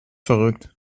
verrückt